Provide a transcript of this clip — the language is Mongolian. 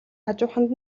хажууханд